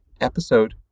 episode